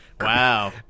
wow